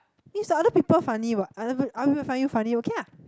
is the other people funny what other people other people find you funny okay ah